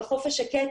בחוף השקט,